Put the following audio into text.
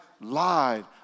lied